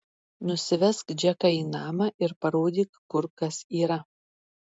nusivesk džeką į namą ir parodyk kur kas yra